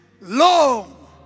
Long